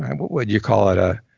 what would you call it, a